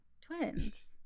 twins